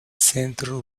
centro